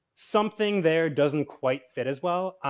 something there doesn't quite fit as well.